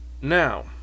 Now